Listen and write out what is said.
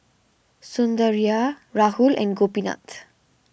Sundaraiah Rahul and Gopinath